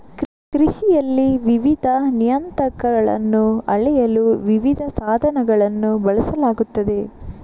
ಕೃಷಿಯಲ್ಲಿ ವಿವಿಧ ನಿಯತಾಂಕಗಳನ್ನು ಅಳೆಯಲು ವಿವಿಧ ಸಾಧನಗಳನ್ನು ಬಳಸಲಾಗುತ್ತದೆ